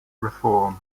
reform